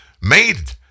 made